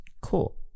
cool